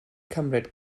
cymryd